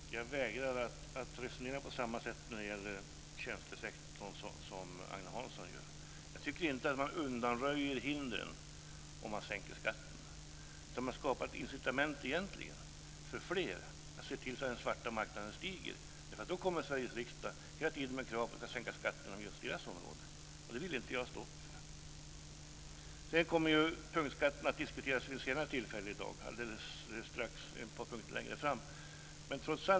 Fru talman! Jag vägrar att resonera på samma sätt som Agne Hansson när det gäller tjänstesektorn. Jag tycker inte att man undanröjer hindren om man sänker skatterna. Då har man skapat incitament egentligen för fler att se till att den svarta marknaden ökar, för då kommer Sveriges riksdag hela tiden med krav på att sänka skatterna på just det området. Det vill jag inte stå upp för. Punktskatterna kommer att diskuteras vid ett senare tillfälle i dag, en punkt längre fram.